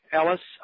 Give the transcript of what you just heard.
Ellis